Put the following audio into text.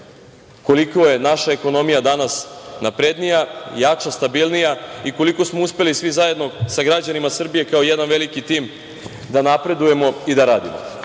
koliko je naša ekonomija danas naprednija, jača, stabilnija i koliko smo uspeli svi zajedno sa građanima Srbije, kao jedan veliki tim, da napredujemo i da radimo. Ono